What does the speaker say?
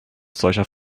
solcher